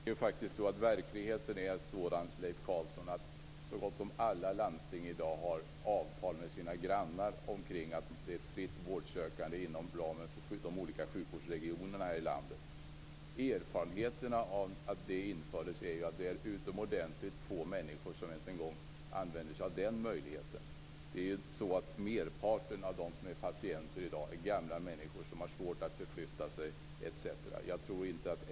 Fru talman! Verkligheten är sådan, Leif Carlson, att så gott som alla landsting i dag har avtal med sina grannlandsting om ett fritt vårdsökande inom ramen för de olika sjukvårdsregionerna i landet. Erfarenheterna av att den möjligheten infördes är att det är utomordentligt få människor som använder sig av den. Merparten av patienterna i dag är gamla människor som har svårt att förflytta sig etc.